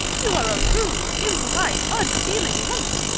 you are a rude, impolite, unfeeling woman!